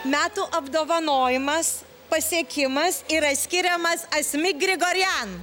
metų apdovanojimas pasiekimas yra skiriamas asmik grigorian